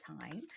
time